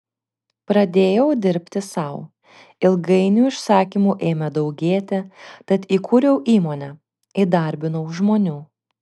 pradėjau dirbti sau ilgainiui užsakymų ėmė daugėti tad įkūriau įmonę įdarbinau žmonių